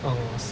oh I see